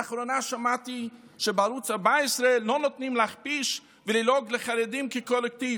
לאחרונה שמעתי שבערוץ 14 לא נותנים להכפיש וללעוג לחרדים כקולקטיב.